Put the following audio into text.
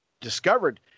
discovered